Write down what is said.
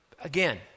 Again